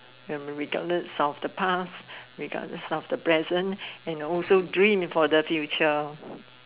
memory dull it solve the past regardless of the present and also dreaming for the future